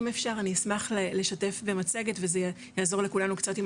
אם אפשר אני אשמח לשתף במצגת וזה יעזור לכולנו קצת עם